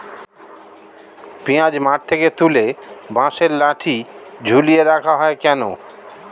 পিঁয়াজ মাঠ থেকে তুলে বাঁশের লাঠি ঝুলিয়ে রাখা হয় কেন?